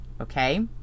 okay